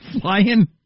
flying